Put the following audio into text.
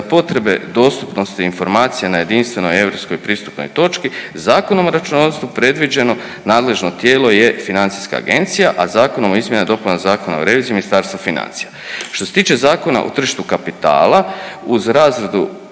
potrebe dostupnosti informacija na jedinstvenoj europskoj pristupnoj točki Zakonom o računovodstvu predviđeno nadležno tijelo je FINA, a Zakonom o izmjenama i dopunama Zakona o reviziji Ministarstvo financija. Što se tiče Zakona o tržištu kapitala uz razradu